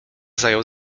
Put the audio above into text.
zajął